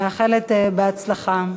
מאחלת הצלחה,